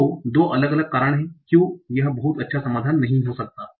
तो दो अलग अलग कारण हैं कि क्यू यह बहुत अच्छा समाधान नहीं हो सकता है